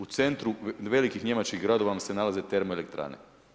U centru velikih njemačkih gradova vam se nalaze termoelektrane.